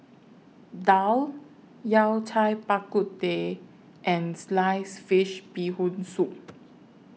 Daal Yao Cai Bak Kut Teh and Sliced Fish Bee Hoon Soup